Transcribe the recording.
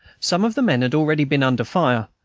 some of the men had already been under fire,